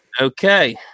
Okay